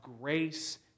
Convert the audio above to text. grace